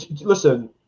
listen